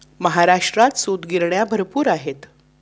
महाराष्ट्रात सूतगिरण्या भरपूर आहेत